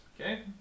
Okay